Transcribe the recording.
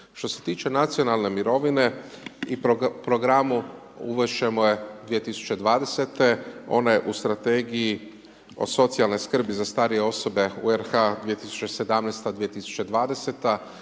Što se tiče nacionalne mirovine i programu …/Govornik se ne razumije./… 2020. ona je u strategiji o socijalnoj skrbi za starije osobe u RH 2017.-2020.